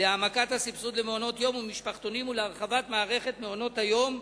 להעמקת הסבסוד למעונות-יום ומשפחתונים ולהרחבת מערכת מעונות-היום,